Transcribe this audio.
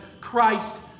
Christ